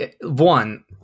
one